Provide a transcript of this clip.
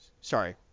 Sorry